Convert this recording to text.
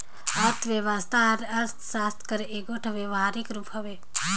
अर्थबेवस्था हर अर्थसास्त्र कर एगोट बेवहारिक रूप हवे